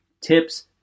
tips